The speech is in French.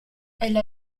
elle